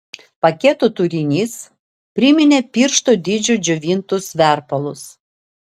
paketo turinys priminė piršto dydžio džiovintus verpalus